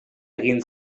egin